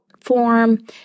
form